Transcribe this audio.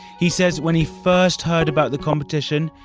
he says, when he first heard about the competition,